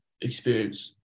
experience